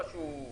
שבוע,